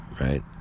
right